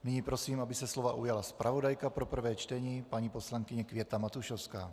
Nyní prosím, aby se slova ujala zpravodajka pro prvé čtení paní poslankyně Květa Matušovská.